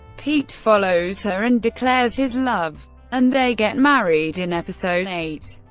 pete follows her and declares his love and they get married in episode eight.